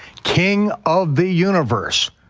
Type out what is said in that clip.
king of the universe